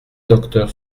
docteur